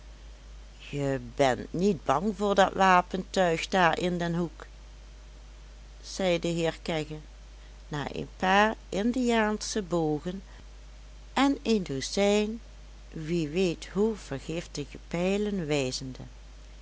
je bent niet bang voor dat wapentuig daar in den hoek zei de heer kegge naar een paar indiaansche bogen en een dozijn wie weet hoe vergiftige pijlen